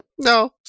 No